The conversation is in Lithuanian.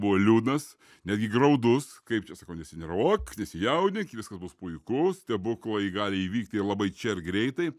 buvo liūdnas netgi graudus kaip čia sakau nesinervuok nesijaudink viskas bus puiku stebuklai gali įvykti labai čia ir greitai